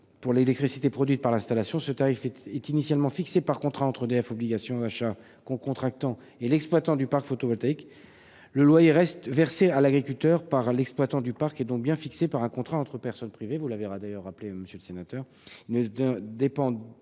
pour l'électricité produite par l'installation. Ce tarif est initialement fixé par contrat entre EDF Obligation d'achat (EDF OA), cocontractant, et l'exploitant du parc photovoltaïque. Le loyer versé à l'agriculteur par l'exploitant du parc est donc bien fixé par un contrat entre personnes privées, ainsi que vous l'avez rappelé, et il ne dépend